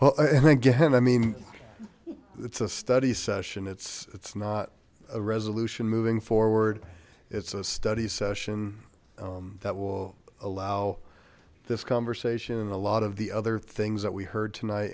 well i'm again i mean it's a study session it's it's not a resolution moving forward it's a study session that will allow this conversation and a lot of the other things that we heard tonight